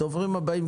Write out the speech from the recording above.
הדוברים הבאים,